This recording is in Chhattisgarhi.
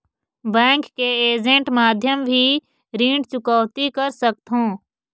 बैंक के ऐजेंट माध्यम भी ऋण चुकौती कर सकथों?